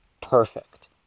perfect